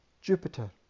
Jupiter